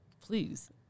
Please